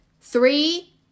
three